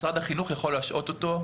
משרד החינוך יכול להשעות אותו,